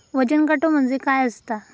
वजन काटो म्हणजे काय असता?